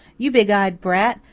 you big-eyed brat,